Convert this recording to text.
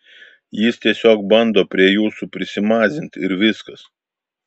jis tiesiog bando prie jūsų prisimazint ir viskas